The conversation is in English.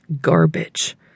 Garbage